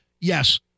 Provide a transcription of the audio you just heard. Yes